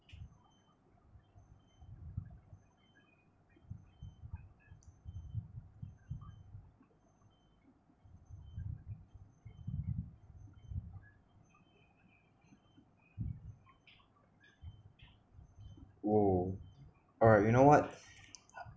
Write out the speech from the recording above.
!whoa! alright you know what